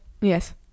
Yes